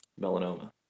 melanoma